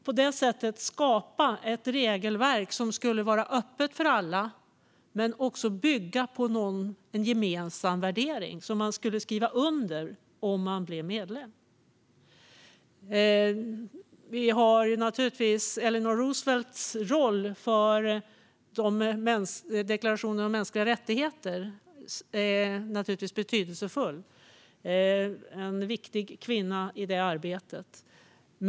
På det sättet skapade man ett regelverk som skulle vara öppet för alla och bygga på en gemensam värdering, som man skulle skriva under på om man blev medlem. Eleanor Roosevelt spelade en betydelsefull roll för deklarationen om mänskliga rättigheter. Hon var en viktig kvinna i det arbetet.